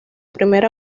primera